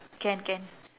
can can